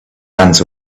hands